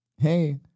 Hey